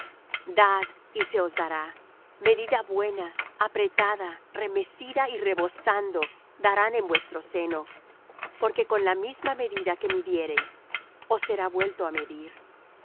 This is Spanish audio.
dad y se os dará medida buena apretada remecida y rebosando darán en vuestro seno porque con la misma medida que midiereis os será vuelto á medir